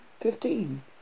fifteen